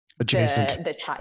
adjacent